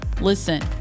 Listen